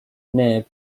neb